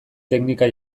teknika